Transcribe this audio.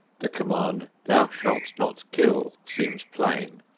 the command, thou shalt not kill, seems plain,